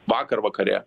vakar vakare